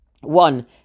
One